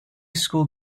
school